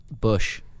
bush